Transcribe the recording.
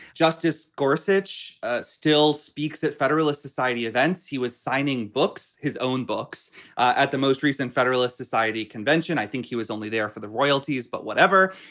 justice gorsuch still speaks at federalist society events. he was signing books, his own books at the most recent federalist society convention. i think he was only there for the royalties, but whatever.